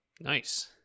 Nice